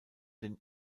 den